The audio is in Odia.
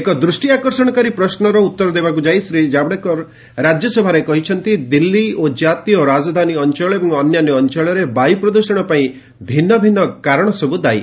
ଏକ ଦୃଷ୍ଟି ଆକର୍ଷଣକାରୀ ପ୍ରଶ୍ନର ଉତ୍ତର ଦେବାକୁ ଯାଇ ଶ୍ରୀ କାଭଡେକର ରାଜ୍ୟସଭାରେ କହିଛନ୍ତି ଦିଲ୍ଲୀ ଓ ଜାତୀୟ ରାଜଧାନୀ ଅଞ୍ଚଳ ଏବଂ ଅନ୍ୟାନ୍ୟ ଅଞ୍ଚଳରେ ବାୟୁ ପ୍ରଦୃଷଣ ପାଇଁ ଭିନ୍ନ ଭିନ୍ନ କାରଣସବୁ ଦାୟୀ